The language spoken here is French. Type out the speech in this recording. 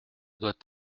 doit